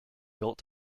built